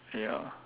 ya